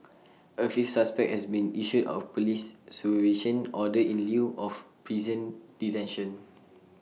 A fifth suspect has been issued A Police supervision order in lieu of prison detention